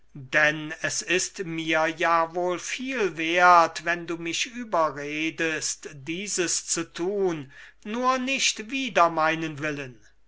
denn es ist mir ja wohl viel wert wenn du mich überredest dieses zu tun nur nicht wider meinen willen